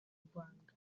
rwanda